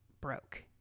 broke